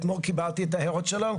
אתמול קיבלתי את ההערות שלו,